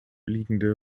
liegende